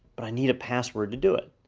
but i need a password to do it,